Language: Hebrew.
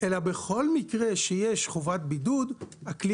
אני רק אגיד שבכל מקרה כשיש חובת בידוד הכלי